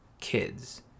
kids